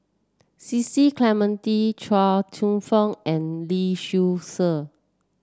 Cecil Clementi Chuang Hsueh Fang and Lee Seow Ser